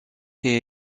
est